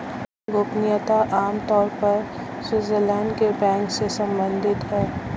bank गोपनीयता आम तौर पर स्विटज़रलैंड के बैंक से सम्बंधित है